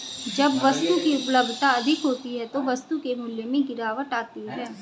जब वस्तु की उपलब्धता अधिक होती है तो वस्तु के मूल्य में गिरावट आती है